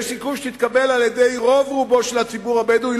יש סיכוי שתתקבל על-ידי רוב הציבור הבדואי.